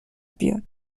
بیاد